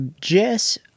Jess